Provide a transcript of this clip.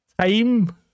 time